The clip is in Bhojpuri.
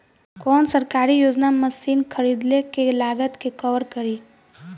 कौन सरकारी योजना मशीन खरीदले के लागत के कवर करीं?